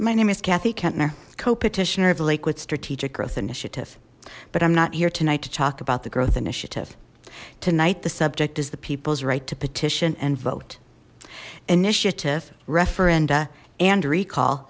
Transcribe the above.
my name is cathy kentner co petitioner of liquid strategic growth initiative but i'm not here tonight to talk about the growth initiative tonight the subject is the people's right to petition and vote initiative referenda and recall